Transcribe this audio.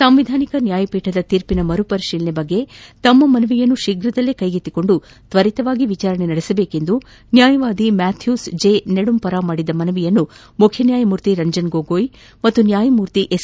ಸಂವಿಧಾನಿಕ ನ್ಯಾಯಪೀಠದ ತೀರ್ಷಿನ ಮರುಪರಿಶೀಲನೆ ಕುರಿತ ತಮ್ಮ ಮನವಿಯನ್ನು ತೀಪ್ರದಲ್ಲೇ ಕೈಗತ್ತಿಕೊಂಡು ತ್ವರಿತವಾಗಿ ವಿಚಾರಣೆ ನಡೆಸಬೇಕು ಎಂದು ನ್ನಾಯವಾದಿ ಮ್ಲಾಥ್ಲೂಸ್ ಜೀ ನೆಡುಂಪರ ಮಾಡಿದ್ದ ಮನವಿಯನ್ನು ಮುಖ್ಯನ್ನಾಯಮೂರ್ತಿ ರಂಜನ್ ಗೊಗೋಯ್ ಮತ್ತು ನ್ಯಾಯಮೂರ್ತಿ ಎಸ್